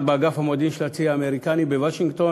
באגף המודיעין של הצי האמריקני בוושינגטון.